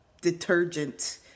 detergent